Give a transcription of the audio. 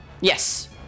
Yes